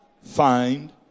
find